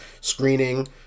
screening